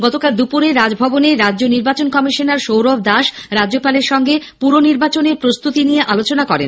গতকাল দুপুরে রাজভবনে রাজ্য নির্বাচন কমিশনার সৌরভ দাস রাজ্যপালের সঙ্গে পুর নির্বাচনের প্রস্তুতি নিয়ে আলোচনা করেন